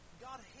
God